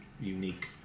unique